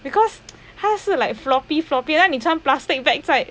because 他是 like floppy floppy 很像你穿 plastic bag 在